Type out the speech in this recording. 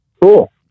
Cool